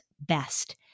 best